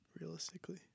realistically